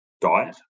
diet